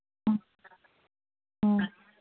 ꯑ ꯑ